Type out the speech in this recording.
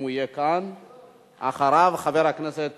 אם הוא יהיה כאן, אחריו, חבר הכנסת